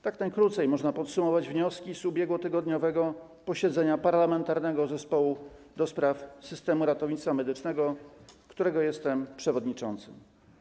Tak najkrócej można podsumować wnioski z ubiegłotygodniowego posiedzenia Parlamentarnego Zespołu do spraw Systemu Ratownictwa Medycznego, którego jestem przewodniczącym.